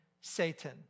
Satan